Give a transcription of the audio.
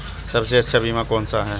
सबसे अच्छा बीमा कौन सा है?